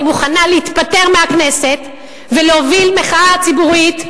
אני מוכנה להתפטר מהכנסת ולהוביל מחאה ציבורית,